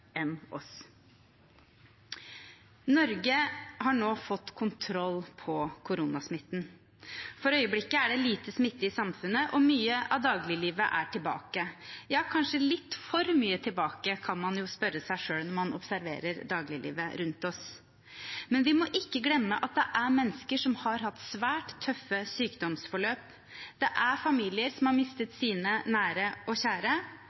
Norge har nå fått kontroll på koronasmitten. For øyeblikket er det lite smitte i samfunnet, og mye av dagliglivet er kommet tilbake – kanskje litt for mye tilbake, kan man spørre seg når man observerer dagliglivet rundt oss. Vi må ikke glemme at det er mennesker som har hatt svært tøffe sykdomsforløp, og det er familier som har mistet sine nære og kjære